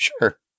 Sure